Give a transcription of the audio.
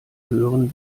höheren